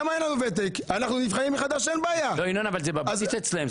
לא ינון, זה בבסיס אצלם.